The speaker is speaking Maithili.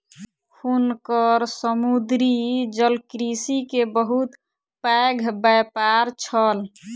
हुनकर समुद्री जलकृषि के बहुत पैघ व्यापार छल